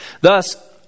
Thus